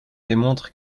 démontre